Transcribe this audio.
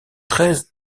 treize